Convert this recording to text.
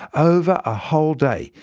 over a whole day,